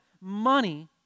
money